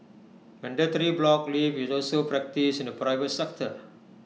mandatory block leave is also practised in the private sector